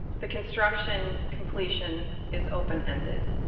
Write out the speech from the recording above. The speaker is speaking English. the construction completion is open-ended?